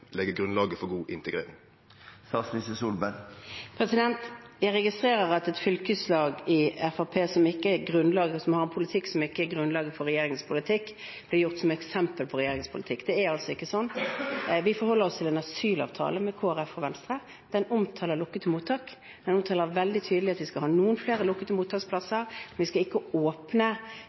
grunnlaget for god integrering? Jeg registrerer at et fylkeslag i Fremskrittspartiet som har en politikk som ikke er basert på grunnlaget for regjeringens politikk, blir gjort til eksempel på regjeringens politikk. Sånn er det ikke. Vi forholder oss til en asylavtale med Kristelig Folkeparti og Venstre. Den omtaler lukkede mottak, den omtaler veldig tydelig at vi skal ha noen flere lukkede mottaksplasser, men vi skal ikke åpne